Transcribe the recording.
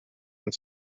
und